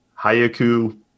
Hayaku